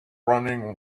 running